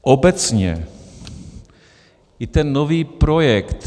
Obecně i ten nový projekt